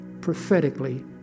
prophetically